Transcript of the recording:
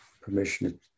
permission